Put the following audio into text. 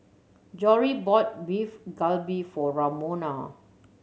Jory bought Beef Galbi for Romona